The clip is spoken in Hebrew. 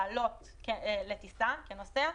לעלות לטיסה לישראל כנוסע,